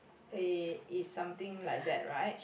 eh is something like that right